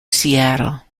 seattle